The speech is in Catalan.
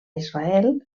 israel